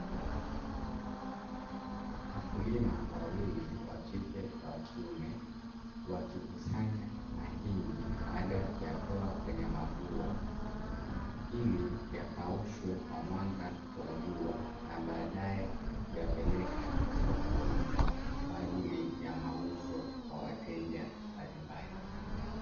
Wakulima wawili wa kike kwa wa kiume wakikusanya mahindi baada ya kuyatoa kwenye mabua ili yakaushwe kwa mwanga wa jua, na baadae kuyapeleka sokoni kwa ajili ya mauzo kwa wateja mbalimbali.